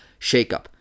shakeup